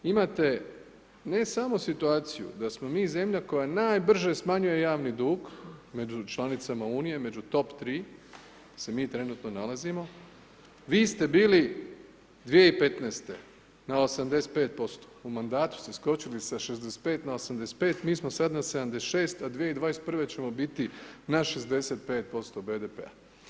Imate ne samo situaciju da smo mi zemlja koja najbrže smanjuje javni dug među članicama Unije, među top tri se mi trenutno nalazimo, vi ste bili 2015. na 85%, u mandatu ste skočili sa 65 na 85, mi smo sad na 76 a 2021. ćemo biti na 65% BDP-a.